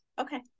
Okay